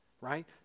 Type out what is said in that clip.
right